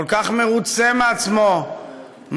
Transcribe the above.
כל כך מרוצה מעצמו,